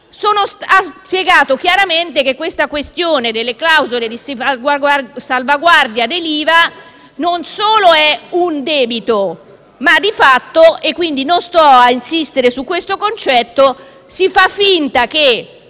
ha spiegato chiaramente che la questione delle clausole di salvaguardia sull'IVA non solo sono un debito, ma di fatto - e non sto a insistere su questo concetto - si fa finta che